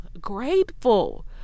grateful